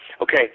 Okay